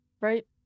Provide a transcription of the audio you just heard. right